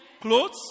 clothes